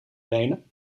lenen